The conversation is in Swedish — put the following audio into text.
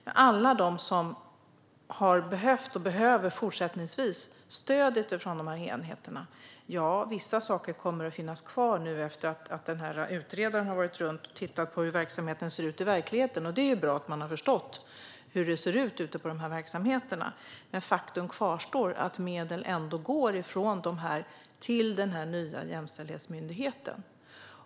Vissa saker kommer att finnas kvar för alla dem som har behövt, och fortsättningsvis behöver, stödet från dessa enheter, efter att utredaren har varit runt och tittat på hur verksamheten ser ut i verkligheten. Det är bra att man har förstått hur det ser ut i verksamheterna. Faktum kvarstår dock att medel går från dessa verksamheter till den nya jämställdhetsmyndigheten.